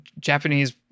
Japanese